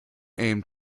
aimed